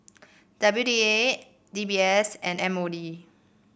W D A D B S and M O D